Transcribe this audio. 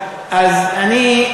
חסאבּי, עלא חסאבּי.